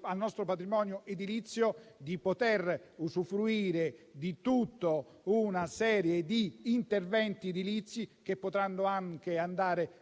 al nostro patrimonio edilizio di poter usufruire di tutta una serie di interventi edilizi per andare